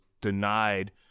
denied